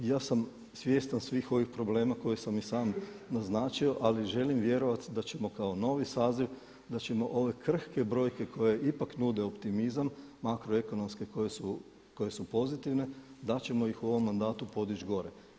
Ja sam svjestan svih ovih problema koje sam i sam naznačio, ali želim vjerovati da ćemo kao novi saziv da ćemo ove krhke brojke koje ipak nude optimizam, makroekonomske koje su pozitivne da ćemo ih u ovom mandatu podići gore.